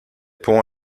pont